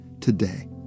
today